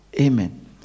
Amen